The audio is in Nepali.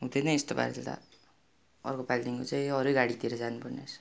अर्को पालिदेखि चाहिँ अरू गाडीतिर जानुपर्ने रहेछ